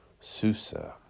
Susa